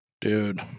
Dude